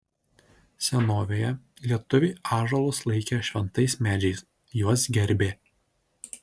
senovėje lietuviai ąžuolus laikė šventais medžiais juos gerbė